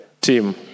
team